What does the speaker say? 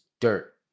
dirt